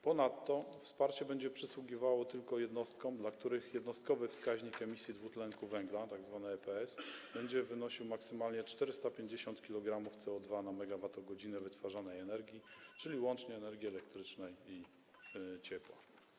Ponadto wsparcie będzie przysługiwało tylko tym jednostkom, dla których jednostkowy wskaźnik emisji dwutlenku węgla, tzw. EPS, będzie wynosił maksymalnie 450 kg CO2 na 1 MWh wytwarzanej energii, czyli łącznie energii elektrycznej i ciepła.